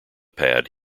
pad